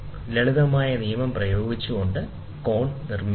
ലളിതമായ നിയമം വീണ്ടും പ്രയോഗിച്ചുകൊണ്ട് കോൺ നിർണ്ണയിക്കുന്നു